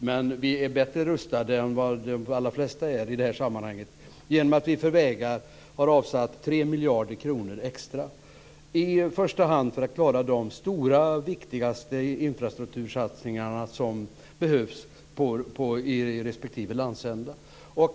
Men vi är bättre rustade än de allra flesta i det här sammanhanget genom att vi för vägar har avsatt 3 miljarder kronor extra, i första hand för att klara de största och viktigaste infrastruktursatsningar som behövs i respektive landsända.